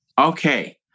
Okay